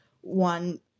one